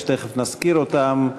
שתכף נזכיר אותם,